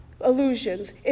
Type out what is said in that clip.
illusions